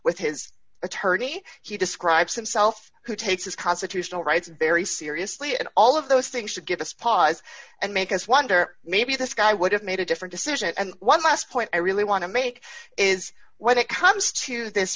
with his attorney he describes himself who takes his constitutional rights very seriously and all of those things should give us pause and make us wonder maybe this guy would have made a different decision and one last point i really want to make is when it comes to this